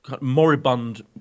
moribund